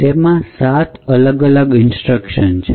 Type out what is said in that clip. તેમાં સાત અલગ અલગ ઇન્સ્ટ્રકશન છે